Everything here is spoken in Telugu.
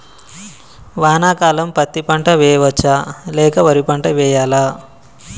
వానాకాలం పత్తి పంట వేయవచ్చ లేక వరి పంట వేయాలా?